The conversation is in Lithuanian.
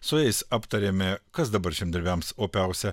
su jais aptarėme kas dabar žemdirbiams opiausia